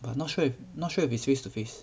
but not sure if not sure if it's face to face